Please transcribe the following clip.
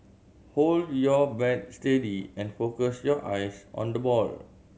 hold your bat steady and focus your eyes on the ball